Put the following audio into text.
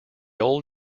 old